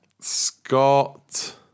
Scott